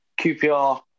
QPR